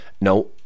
No